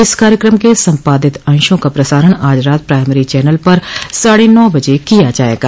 इस कार्यक्रम के सम्पादित अंशों का प्रसारण आज रात प्राइमरी चैनल पर साढ़े नौ बजे से किया जायेगा